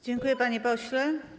Dziękuję, panie pośle.